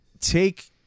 take